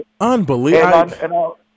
unbelievable